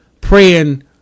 praying